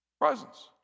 Presence